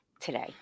today